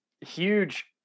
huge